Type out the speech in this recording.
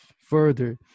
further